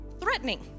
threatening